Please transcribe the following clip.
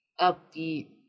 upbeat